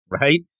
right